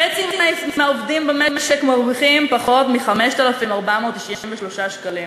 חצי מהעובדים במשק מרוויחים פחות מ-5,493 שקלים,